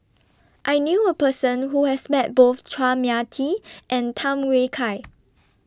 I knew A Person Who has Met Both Chua Mia Tee and Tham Yui Kai